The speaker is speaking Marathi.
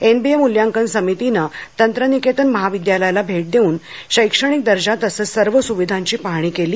एनबीए मूल्यांकन समितीने तंत्रनिकेतन महाविद्यालयाला भेट देऊन तंत्रनिकेतनचा शैक्षणिक दर्जा तसेच सर्व स्विधांची पाहणी केली